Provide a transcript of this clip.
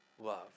love